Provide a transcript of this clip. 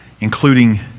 including